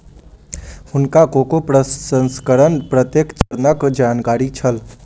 हुनका कोको प्रसंस्करणक प्रत्येक चरणक जानकारी छल